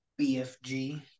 BFG